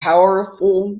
powerful